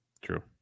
true